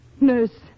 Nurse